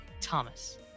Thomas